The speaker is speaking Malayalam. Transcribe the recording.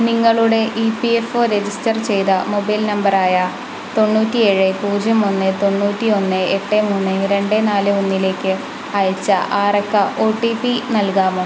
നിങ്ങളുടെ E P F O register ചെയ്ത മൊബൈൽ നമ്പർ ആയ തൊണ്ണൂറ്റി ഏഴ് പൂജ്യം ഒന്ന് തൊണ്ണൂറ്റി ഒന്ന് എട്ട് മൂന്ന് രണ്ട് നാല് ഒന്നിലേക്ക് അയച്ച ആറക്ക ഒ ടി പി നൽകാമോ